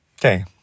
Okay